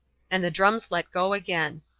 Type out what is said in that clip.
and the drums let go again.